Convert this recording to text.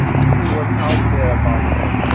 to see what's out there about them.